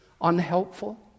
unhelpful